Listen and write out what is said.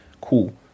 cool